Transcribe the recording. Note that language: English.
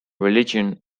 religion